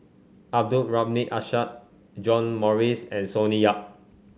Abdul Rahim Ishak John Morrice and Sonny Yap